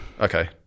Okay